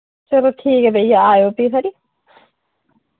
चलो ठीक ऐ भैया आयो फ्ही खरी